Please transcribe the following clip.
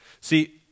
See